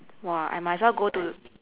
!wah! I might as well go to